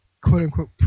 quote-unquote